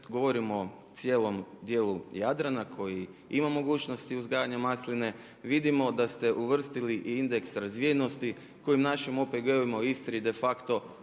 govorimo o cijelom dijelu Jadrana koji ima mogućnosti uzgajanja masline, vidimo da ste uvrstili indeks razvijenosti kojim našim OPG-ovima u Istri de facto